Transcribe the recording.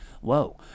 whoa